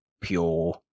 pure